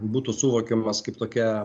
būtų suvokiamas kaip tokia